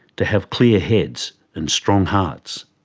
to have clear heads and strong hearts.